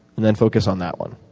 and then focus on that one.